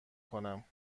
کنم